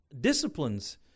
disciplines